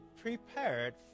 prepared